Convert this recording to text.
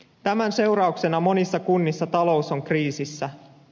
tämän seurauksena monissa kunnissa talous on kriisissä